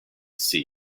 see